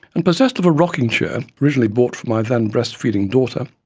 and possessed of a rocking chair, originally bought for my then breast-feeding daughter,